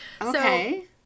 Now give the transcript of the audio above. Okay